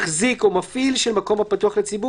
מחזיק או מפעיל של מקום הפתוח לציבור